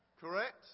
correct